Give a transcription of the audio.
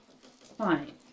Fine